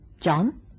John